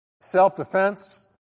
self-defense